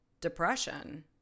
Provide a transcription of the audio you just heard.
depression